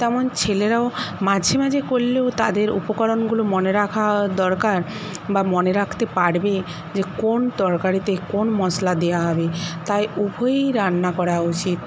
তেমন ছেলেরাও মাঝে মাঝে করলেও তাদের উপকরণগুলো মনে রাখা দরকার বা মনে রাখতে পারবে যে কোন তরকারিতে কোন মশলা দেওয়া হবে তাই উভয়েই রান্না করা উচিত